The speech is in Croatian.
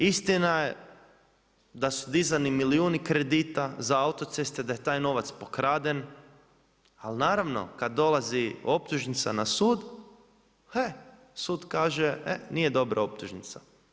Istina je da su dizani milijuni kredita za autoceste, da je taj novac pokraden, ali naravno kada dolazi optužnica na sud, e sud kaže nije dobra optužnica.